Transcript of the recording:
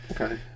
Okay